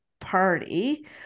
party